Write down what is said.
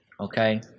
okay